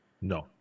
No